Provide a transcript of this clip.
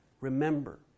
remember